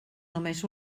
només